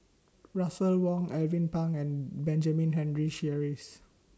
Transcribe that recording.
Russel Wong Alvin Pang and Benjamin Henry Sheares